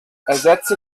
ersetze